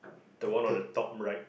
the one on the top right